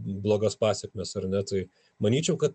blogas pasekmes ar ne tai manyčiau kad